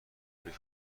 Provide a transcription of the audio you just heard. فکر